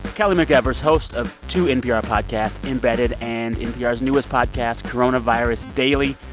kelly mcevers, host of two npr podcasts, embedded and npr's newest podcast, coronavirus daily,